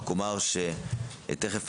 יש